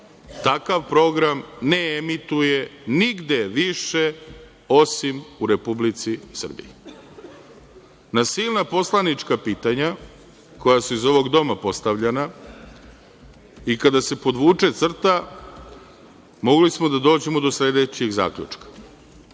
takav program ne emituje nigde više, osim u Republici Srbiji. Na silna poslanička pitanja koja su iz ovog doma postavljena i kada se podvuče crta, mogli smo da dođemo do sledećih zaključaka: